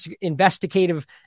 investigative